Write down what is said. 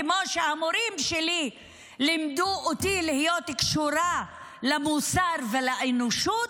כמו שהמורים שלי לימדו אותי להיות קשורה למוסר ולאנושות,